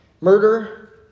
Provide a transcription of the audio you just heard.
Murder